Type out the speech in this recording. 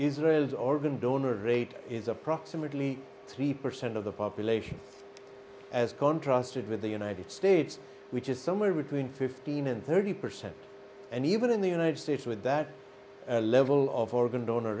israel's organ donor rate is approximately three percent of the population as contrast it with the united states which is somewhere between fifteen and thirty percent and even in the united states with that level of organ donor